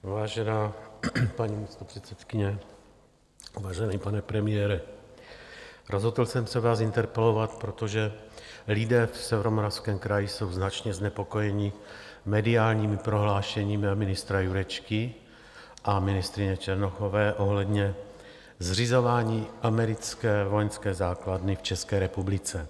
Vážená paní předsedkyně, vážený pane premiére, rozhodl jsem se vás interpelovat, protože lidé v Severomoravském kraji jsou značně znepokojeni mediálními prohlášeními ministra Jurečky a ministryně Černochové ohledně zřizování americké vojenské základny v České republice.